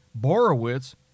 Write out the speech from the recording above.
Borowitz